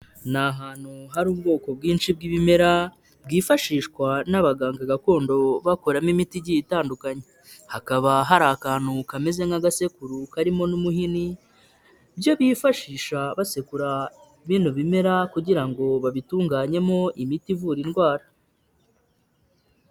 Ni ahantu hari ubwoko bwinshi bw'ibimera bwifashishwa n'abaganga gakondo bakoramo imiti igiye itandukanye, hakaba hari akantu kameze nk'agasekuru karimo n'umuhini, byo bifashisha basekura bino bimera kugira ngo babitunganyemo imiti ivura indwara.